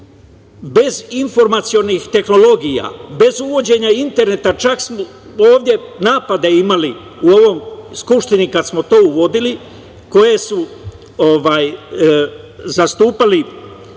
bez informacionih tehnologija, bez uvođenja interneta. Čak smo ovde napade imali u ovoj Skupštini kada smo to uvodili, koje su zastupali Dragan